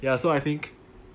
ya so I think